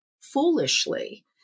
foolishly